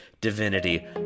divinity